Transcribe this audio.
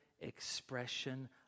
expression